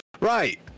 Right